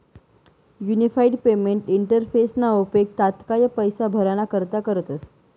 unified payment इंटरफेसना उपेग तात्काय पैसा भराणा करता करतस